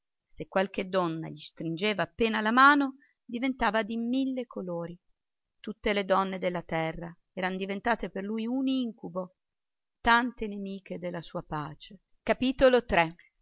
se qualche donna gli stringeva appena appena la mano diventava di mille colori tutte le donne della terra eran diventate per lui un incubo tante nemiche della sua pace